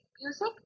music